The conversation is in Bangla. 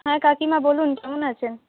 হ্যাঁ কাকিমা বলুন কেমন আছেন